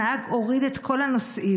הנהג הוריד את כל הנוסעים,